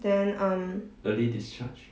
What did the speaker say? then um